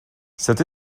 cette